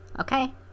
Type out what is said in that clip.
okay